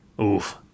Oof